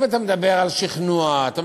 אם אתה מדבר על שכנוע, על